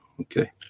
okay